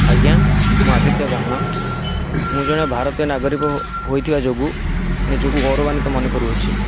ଆଜ୍ଞା ମୁଁ ଆଦିତ୍ୟ ଗାହାଣ ମୁଁ ଜଣେ ଭାରତୀୟ ନାଗରିକ ହୋଇଥିବା ଯୋଗୁଁ ନିଜକୁ ଗୌରବାନ୍ଵିତ ମନେ କରୁଅଛି